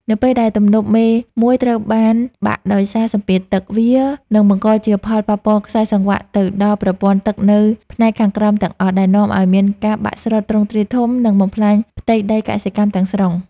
នៅពេលដែលទំនប់មេមួយត្រូវបានបាក់ដោយសារសម្ពាធទឹក វានឹងបង្កជាផលប៉ះពាល់ខ្សែសង្វាក់ ទៅដល់ប្រព័ន្ធទឹកនៅផ្នែកខាងក្រោមទាំងអស់ ដែលនាំឱ្យមានការបាក់ស្រុតទ្រង់ទ្រាយធំ និងបំផ្លាញផ្ទៃដីកសិកម្មទាំងស្រុង។